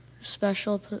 special